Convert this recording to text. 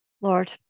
lord